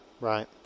Right